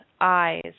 eyes